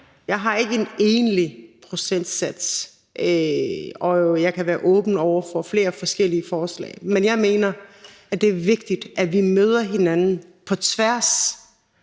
Jeg har ikke en egentlig procentsats, og jeg kan være åben over for flere forskellige forslag. Men jeg mener, det er vigtigt, at vi møder hinanden på tværs